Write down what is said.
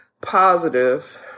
positive